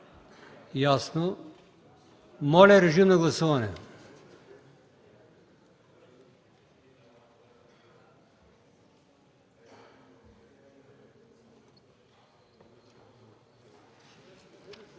Моля, режим на гласуване.